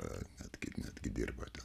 netgi netgi dirbato ten